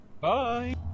Bye